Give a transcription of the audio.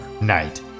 Night